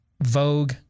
Vogue